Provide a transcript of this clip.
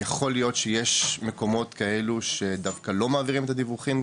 יכול להיות שיש מקומות כאלו שדווקא לא מעבירים את הדיווחים.